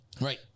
right